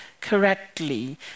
correctly